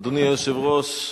אדוני היושב-ראש,